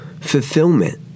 fulfillment